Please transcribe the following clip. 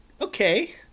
Okay